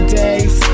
days